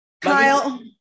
Kyle